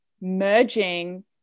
merging